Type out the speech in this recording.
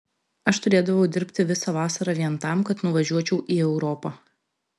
aš turėdavau dirbti visą vasarą vien tam kad nuvažiuočiau į europą